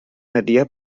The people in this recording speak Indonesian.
hadiah